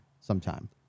sometime